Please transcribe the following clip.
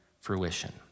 fruition